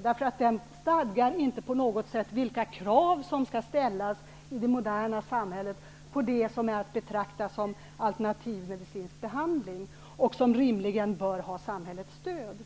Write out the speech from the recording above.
Kvacksalverilagen föreskriver inte på något sätt vilka krav som skall ställas i det moderna samhället när det gäller sådant som är att betrakta som alternativmedicinsk behandling och som rimligen bör ha samhällets stöd.